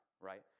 right